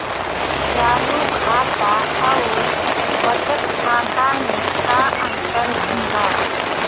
चालू खाता अउर बचत खाता मे का अंतर होला?